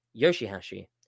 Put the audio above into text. Yoshihashi